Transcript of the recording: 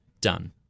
done